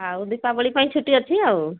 ଆଉ ଦୀପାବଳି ପାଇଁ ଛୁଟି ଅଛି ଆଉ